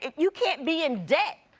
you can't be in debt.